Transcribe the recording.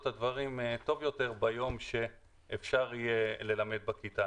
את הדברים טוב יותר ביום שאפשר יהיה ללמד בכיתה.